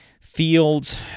fields